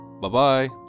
Bye-bye